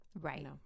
right